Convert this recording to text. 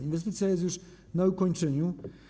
Inwestycja jest już na ukończeniu.